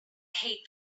hate